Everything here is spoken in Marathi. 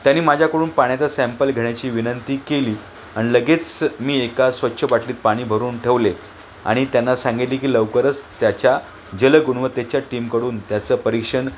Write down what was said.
त्यानी माझ्याकडून पाण्याचा सॅम्पल घेण्याची विनंती केली आणि लगेच मी एका स्वच्छ बाटलीत पाणी भरून ठेवले आणि त्यांना सांगितले की लवकरच त्याच्या जल गुणवत्तेच्या टीमकडून त्याचं परीक्षण